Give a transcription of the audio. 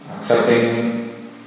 accepting